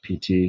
PT